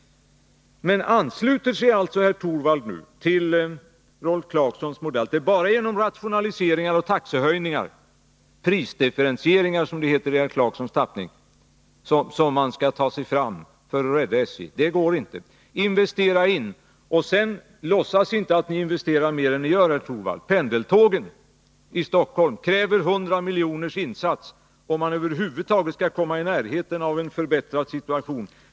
Nu ansluter sig alltså herr Torwald till Rolf Clarksons modell, att det bara är genom rationaliseringar och taxehöjningar — prisdifferentieringar, som det heter i herr Clarksons tappning — man skall ta sig fram för att rädda SJ. Det går inte. Investera, och låtsas inte att ni investerar mer än ni gör, herr 3 Riksdagens protokoll 1981182:127-131 Torwald! Pendeltågen i Stockholm kräver en insats på 100 miljoner, om man över huvud taget skall komma i närheten av en förbättrad situation.